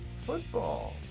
football